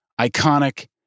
iconic